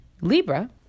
Libra